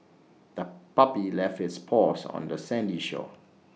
the puppy left its paws on the sandy shore